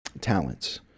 talents